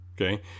okay